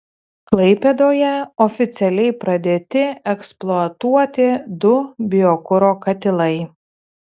klaipėdoje oficialiai pradėti eksploatuoti du biokuro katilai